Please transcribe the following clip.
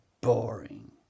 boring